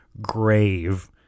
grave